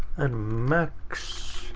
and max.